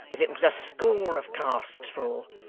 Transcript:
if it was a score of casks full.